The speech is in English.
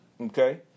Okay